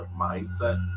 mindset